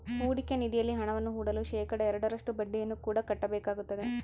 ಹೂಡಿಕೆ ನಿಧಿಯಲ್ಲಿ ಹಣವನ್ನು ಹೂಡಲು ಶೇಖಡಾ ಎರಡರಷ್ಟು ಬಡ್ಡಿಯನ್ನು ಕೂಡ ಕಟ್ಟಬೇಕಾಗುತ್ತದೆ